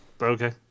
okay